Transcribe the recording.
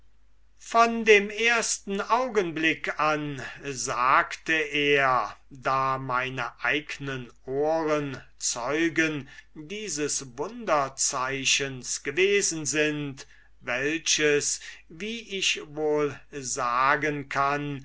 von dem ersten augenblick an sagte er da meine eignen ohren zeugen dieses wunderzeichens gewesen sind welches wie ich wohl sagen kann